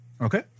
Okay